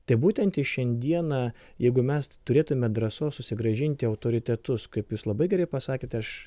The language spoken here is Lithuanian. tai būtent ir šiandieną jeigu mes turėtume drąsos susigrąžinti autoritetus kaip jūs labai gerai pasakėt aš